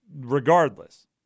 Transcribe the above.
regardless